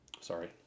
Sorry